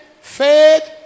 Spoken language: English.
faith